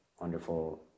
wonderful